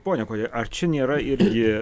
pone kuodi ar čia nėra irgi